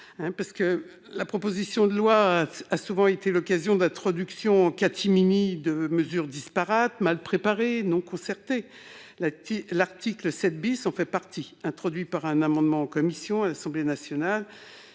article 7 ! La proposition de loi a souvent été l'occasion de faire passer en catimini des mesures disparates, mal préparées et non concertées. L'article 7 en est l'exemple : introduit par un amendement en commission à l'Assemblée nationale,